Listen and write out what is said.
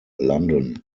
london